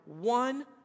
one